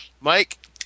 mike